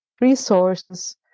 resources